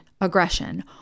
aggression